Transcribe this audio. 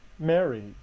Mary